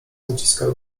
naciskał